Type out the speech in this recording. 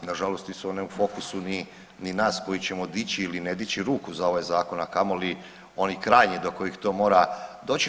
Nažalost nisu one u fokusu ni nas koji ćemo dići ili ne dići ruku za ovaj zakon, a kamoli oni krajnji do kojih to mora doći.